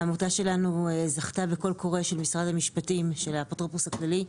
העמותה שלנו זכתה בקול קורא של משרד המשפטים של האפוטרופוס הכללי,